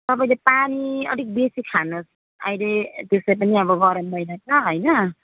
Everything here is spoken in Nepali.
तपाईँले पानी अलिक बेसी खानुहोस् अहिले त्यसै पनि अब गरम महिना छ होइन